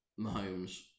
Mahomes